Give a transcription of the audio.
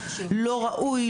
לא ראוי,